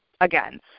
again